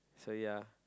sorry ah